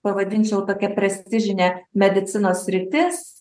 pavadinčiau tokia prestižine medicinos sritis